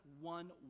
one